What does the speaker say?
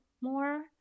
more